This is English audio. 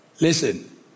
Listen